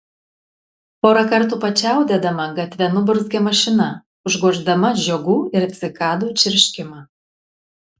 porą kartų pačiaudėdama gatve nuburzgė mašina užgoždama žiogų ir cikadų čirškimą